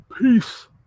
peace